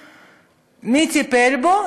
מי טיפל בו?